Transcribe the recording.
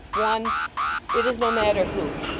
one it is no matter who.